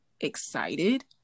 excited